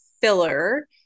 filler